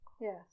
Yes